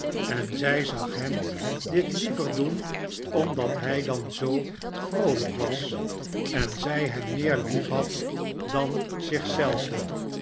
en zij zag henr dit liever doen omdat hij dan zoo vroolijk was en zij hem meer lief had dan